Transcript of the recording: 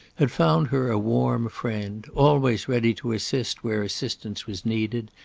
had found her a warm friend always ready to assist where assistance was needed,